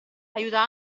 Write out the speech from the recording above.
aiuta